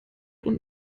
und